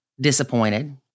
Disappointed